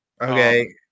Okay